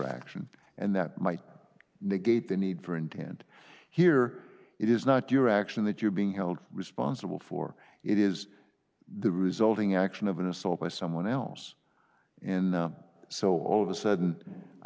action and that might negate the need for intent here it is not your action that you're being held responsible for it is the resulting action of an assault by someone else in the so all of a sudden i